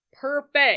perfect